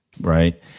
Right